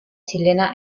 chilena